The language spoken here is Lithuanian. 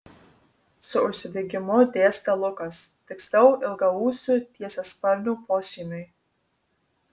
su užsidegimu dėstė lukas tiksliau ilgaūsių tiesiasparnių pošeimiui